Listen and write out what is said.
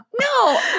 No